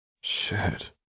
Shit